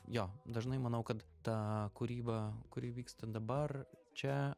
jo dažnai manau kad ta kūryba kuri vyksta dabar čia